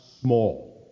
small